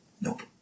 Nope